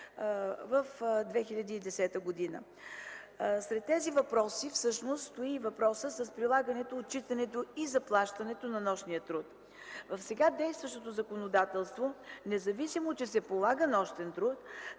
2010 г. Сред тези въпроси стои и въпросът с прилагането, отчитането и заплащането на нощния труд. В сега действащото законодателство, независимо че се полага нощен труд,